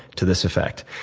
to this effect.